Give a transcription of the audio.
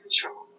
control